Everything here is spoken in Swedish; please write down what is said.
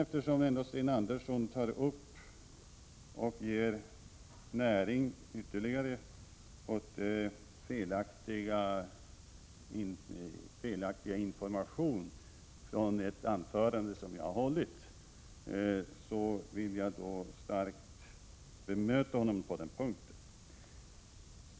Eftersom Sten Andersson ändå tar upp och ger ytterligare näring åt felaktig information från ett anförande som jag har hållit, vill jag starkt bemöta honom på denna punkt.